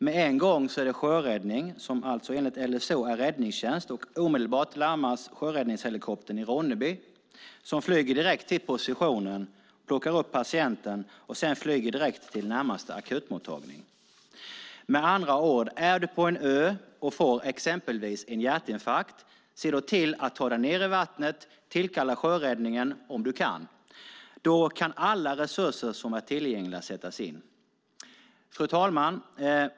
Med en gång är det sjöräddning, som alltså enligt LSO är räddningstjänst, och omedelbart larmas sjöräddningshelikoptern i Ronneby som flyger direkt till positionen, plockar upp patienten och sedan flyger direkt till närmaste akutmottagning. Med andra ord: Är du på en ö och får exempelvis en hjärtinfarkt, se då till att ta dig ned i vattnet och tillkalla sjöräddningen om du kan. Då kan alla resurser som är tillgängliga sättas in. Fru talman!